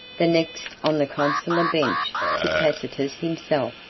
the next on the consular bench to tacitus himself.